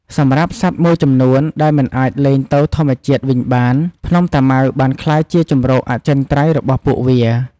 សម្រាប់សត្វមួយចំនួនដែលមិនអាចលែងទៅធម្មជាតិវិញបាន ភ្នំតាម៉ៅបានក្លាយជាជម្រកអចិន្ត្រៃយ៍របស់ពួកវា។